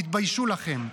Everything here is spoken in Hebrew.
תתביישו לכם.